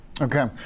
Okay